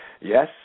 Yes